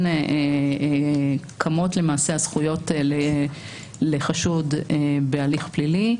קמות למעשה הזכויות לחשוד בהליך פלילי,